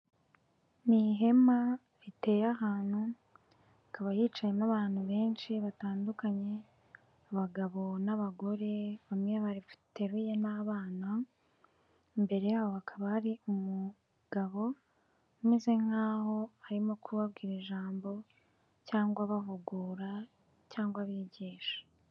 Ni ihema riteye ahantu hakaba hicayemo abantu benshi batandukanye abagabo n'abagore bamwe bateruye n'abana, imbere yabo hakaba hari umugabo umeze nk' urimo kubabwira ijambo cyangwa abahugura cyangwa abigisha.